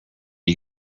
are